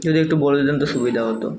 যদি একটু বলে দিতেন তো সুবিধা হতো